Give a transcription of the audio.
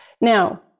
Now